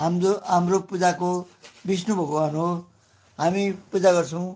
हाम्रो हाम्रो पूजाको विष्णु भगवान् हो हामी पूजा गर्छौँ